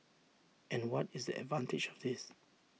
and what is the advantage of this